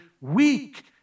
weak